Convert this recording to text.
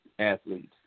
Athletes